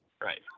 Right